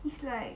it's like